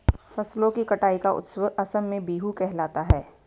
फसलों की कटाई का उत्सव असम में बीहू कहलाता है